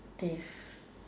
death